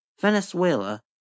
Venezuela